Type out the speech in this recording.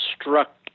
struck